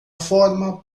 forma